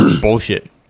bullshit